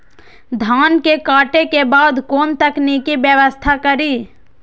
धान के काटे के बाद कोन तकनीकी व्यवस्था करी?